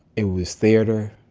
it was theater,